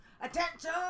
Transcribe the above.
Attention